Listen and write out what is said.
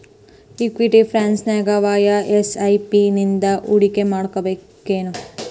Equity ಫ್ರಂಟ್ನ್ಯಾಗ ವಾಯ SIP ನಿಂದಾ ಹೂಡ್ಕಿಮಾಡ್ಬೆಕೇನು?